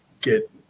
get